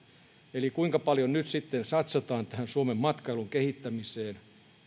eli kuinka paljon nyt sitten satsataan suomen matkailun kehittämiseen